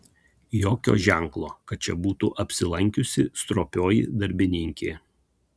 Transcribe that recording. jokio ženklo kad čia būtų apsilankiusi stropioji darbininkė